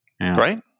Right